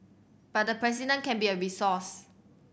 but the President can be a resource